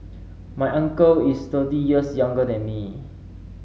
my uncle is thirty years younger than me